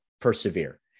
persevere